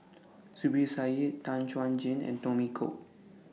Zubir Said Tan Chuan Jin and Tommy Koh